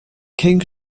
king